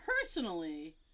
personally